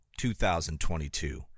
2022